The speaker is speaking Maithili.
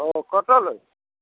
ओ कटल अइ